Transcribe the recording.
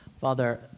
Father